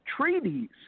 treaties